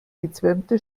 gezwirnte